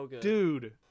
dude